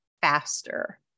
faster